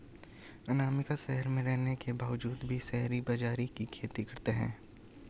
अनामिका शहर में रहने के बावजूद भी शहरी सब्जियों की खेती करती है